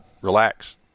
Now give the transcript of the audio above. relax